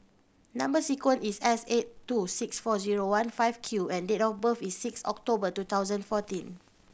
number sequence is S eight two six four zero one five Q and date of birth is six October two thousand fourteen